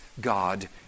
God